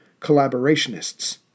collaborationists